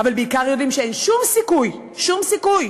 אבל בעיקר יודעים שאין שום סיכוי, שום סיכוי